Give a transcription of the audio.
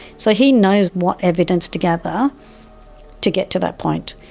so he knows what evidence to gather to get to that point.